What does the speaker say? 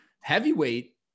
heavyweight